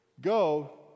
Go